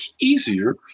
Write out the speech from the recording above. easier